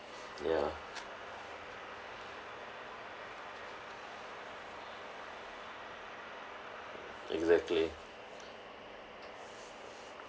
ya exactly